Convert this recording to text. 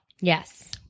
Yes